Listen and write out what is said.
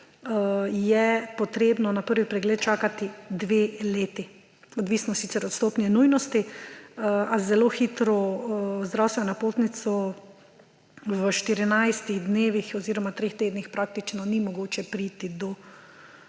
je potrebno na prvi pregled čakati dve leti, odvisno sicer od stopnje nujnosti, a z zelo hitro zdravstveno napotnico v štirinajstih dnevih oziroma treh tednih praktično ni mogoče priti do